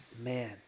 man